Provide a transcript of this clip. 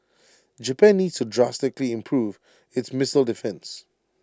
Japan needs to drastically improve its missile defence